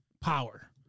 power